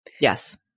Yes